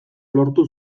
lortu